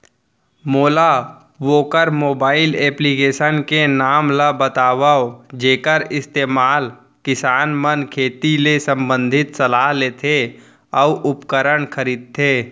मोला वोकर mobile application के नाम ल बतावव जेखर इस्तेमाल किसान मन खेती ले संबंधित सलाह लेथे अऊ उपकरण खरीदथे?